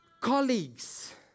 colleagues